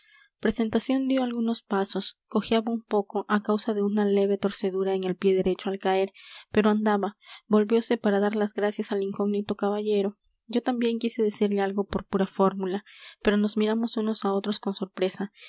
presentación dio algunos pasos cojeaba un poco a causa de una leve torcedura en el pie derecho al caer pero andaba volviose para dar las gracias al incógnito caballero yo también quise decirle algo por pura fórmula pero nos miramos unos a otros con sorpresa